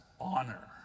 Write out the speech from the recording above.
honor